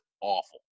awful